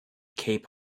cape